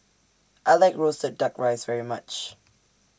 I like Roasted Duck Rice very much